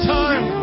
time